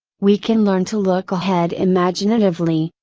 we can learn to look ahead imaginatively,